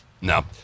no